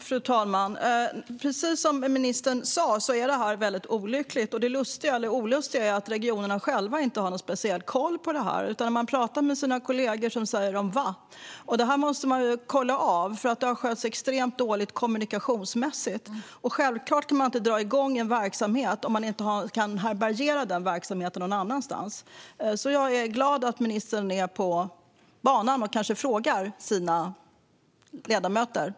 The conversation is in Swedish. Fru talman! Precis som ministern sa är detta väldigt olyckligt. Det lustiga, eller olustiga, är att regionerna själva inte har någon speciell koll på det. När man pratar med sina kollegor säger de: Va? Det här måste man kolla av, för det har skötts extremt dåligt kommunikationsmässigt. Självklart kan man inte dra in en verksamhet om man inte kan härbärgera den någon annanstans. Jag är glad att ministern är på banan och kanske frågar sina ledamöter.